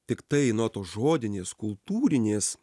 tiktai nuo tos žodinės kultūrinės